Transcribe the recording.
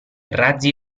razzi